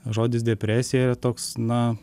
žodis depresija yra toks na